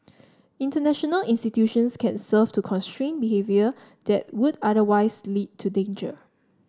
international institutions can serve to constrain behaviour that would otherwise lead to danger